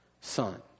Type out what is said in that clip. son